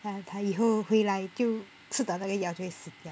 那它以后回来就吃到那药就会死掉